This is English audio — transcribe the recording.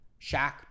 Shaq